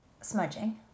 smudging